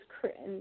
created